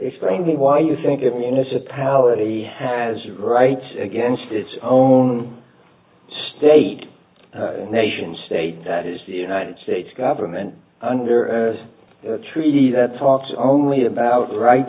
explaining why you think it municipality has a right against its own state nation state that is the united states government under the treaty that talks only about right